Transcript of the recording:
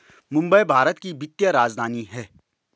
मुंबई भारत की वित्तीय राजधानी है